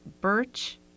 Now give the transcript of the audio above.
birch